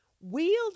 wield